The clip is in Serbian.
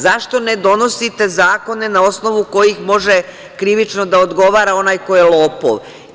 Zašto ne donosite zakone na osnovu kojih može krivično da odgovara onaj ko je lopov?